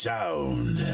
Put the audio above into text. Sound